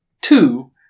two